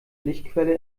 lichtquelle